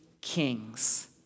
kings